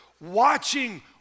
watching